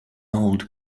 old